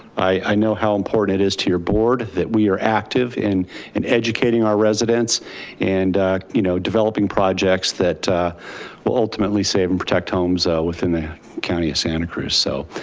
i know how important it is to your board that we are active in and educating our residents and you know developing projects that will ultimately save and protect homes within the county of santa cruz. so,